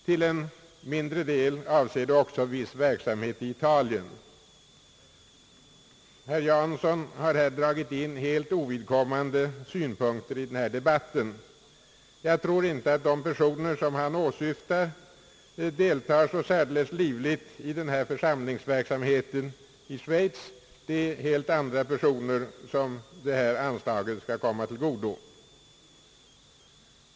Till en mindre del avser bidraget också viss verksamhet i Italien. Herr Jansson har här dragit in helt ovidkommande synpunkter i debatten. Jag tror inte att de personer som han åsyftar deltar så särdeles livligt i den här församlingsverksamheten i Schweiz. Det är helt andra personer som detta anslag skall komma till godo.